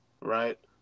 right